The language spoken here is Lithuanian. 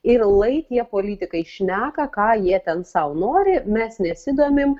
ir lai tie politikai šneka ką jie ten sau nori mes nesidomim